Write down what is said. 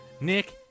Nick